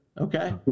Okay